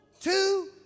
two